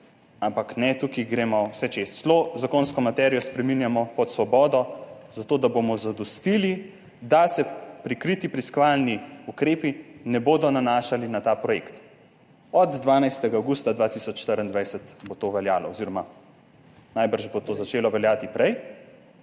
ampak ne, tukaj gremo čez vse. Celo zakonsko materijo spreminjamo pod Svobodo, zato da bomo zadostili, da se prikriti preiskovalni ukrepi ne bodo nanašali na ta projekt. Od 12. avgusta 2024 bo to veljalo oziroma bo najbrž to začelo veljati prej.